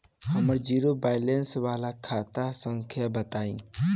हमर zero balance वाला खाता संख्या बताई?